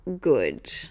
good